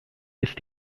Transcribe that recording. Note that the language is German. ist